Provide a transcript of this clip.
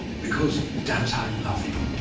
because, damn it, i love you.